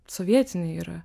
sovietiniai yra